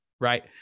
Right